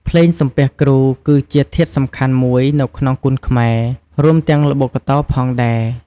ភ្លេងសំពះគ្រូ គឺជាធាតុសំខាន់មួយនៅក្នុងគុនខ្មែរ រួមទាំងល្បុក្កតោផងដែរ។